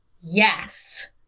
yes